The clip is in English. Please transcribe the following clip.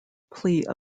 plea